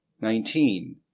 Nineteen